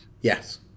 Yes